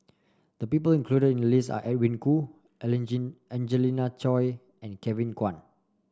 the people included in the list are Edwin Koo Angelina Choy and Kevin Kwan